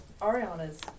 Ariana's